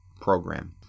program